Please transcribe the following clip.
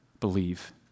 believe